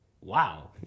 wow